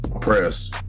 Press